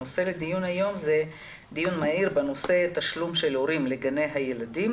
הנושא לדיון היום הוא דיון מהיר בנושא תשלום של הורים לגני הילדים,